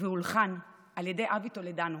והולחן על ידי אבי טולדנו,